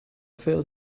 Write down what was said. fair